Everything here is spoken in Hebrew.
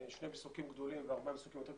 שני מסוקים גדולים וארבעה מסוקים יותר קטנים,